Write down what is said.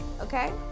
Okay